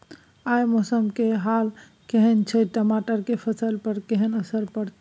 आय मौसम के हाल केहन छै टमाटर के फसल पर केहन असर परतै?